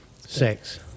sex